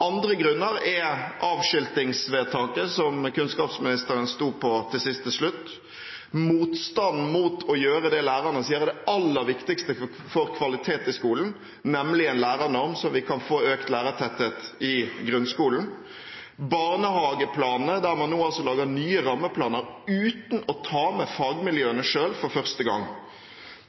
Andre grunner er avskiltingsvedtaket, som kunnskapsministeren sto på til siste slutt, og motstanden mot å gjøre det lærerne sier er det aller viktigste for kvalitet i skolen, nemlig en lærernorm slik at vi kan få økt lærertetthet i grunnskolen, og barnehageplanene, der man nå lager nye rammeplaner uten å ta med fagmiljøene selv, for første gang.